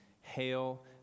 hail